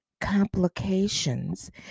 complications